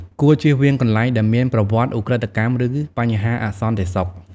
គួរ ជៀសវាងកន្លែងដែលមានប្រវត្តិឧក្រិដ្ឋកម្ម ឬ បញ្ហាអសន្តិសុខ។